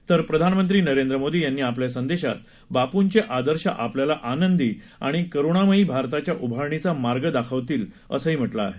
तर प्रधानमंत्री नरेंद्र मोदी यांनी आपल्या संदेशात बापूंचे आदर्श आपल्याला आनंदी आणि करुणामयी भारताच्या उभारणीचा मार्ग दाखवतील असं म्हटलं आहे